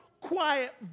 quiet